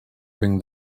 ring